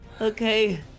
Okay